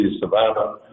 Savannah